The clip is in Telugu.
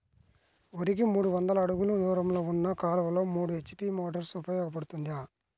వరికి మూడు వందల అడుగులు దూరంలో ఉన్న కాలువలో మూడు హెచ్.పీ మోటార్ ఉపయోగపడుతుందా?